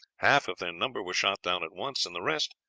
half of their number were shot down at once and the rest,